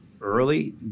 early